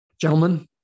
Gentlemen